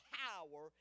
power